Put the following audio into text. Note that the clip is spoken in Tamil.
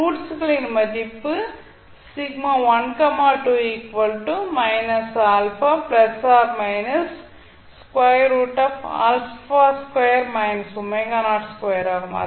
ரூட்ஸ்களின் மதிப்பு ஆகும்